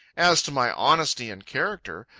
as to my honesty and character,